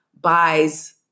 buys